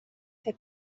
fer